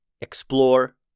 explore